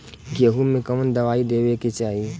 गेहूँ मे कवन दवाई देवे के चाही?